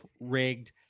rigged